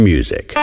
Music